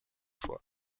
choix